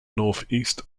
northeast